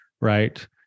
right